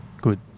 Good